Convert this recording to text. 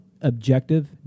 objective